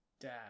dad